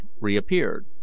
reappeared